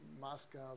Moscow